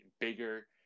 bigger